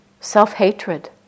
self-hatred